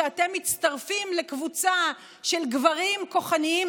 שאתם מצטרפים לקבוצה של גברים כוחניים,